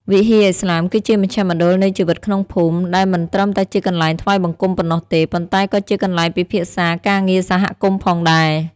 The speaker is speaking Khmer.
វិហារឥស្លាមគឺជាមជ្ឈមណ្ឌលនៃជីវិតក្នុងភូមិ ដែលមិនត្រឹមតែជាកន្លែងថ្វាយបង្គំប៉ុណ្ណោះទេ ប៉ុន្តែក៏ជាកន្លែងពិភាក្សាការងារសហគមន៍ផងដែរ។